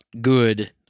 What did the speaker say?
good